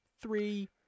three